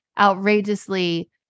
outrageously